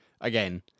again